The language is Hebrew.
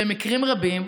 במקרים רבים,